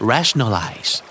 Rationalize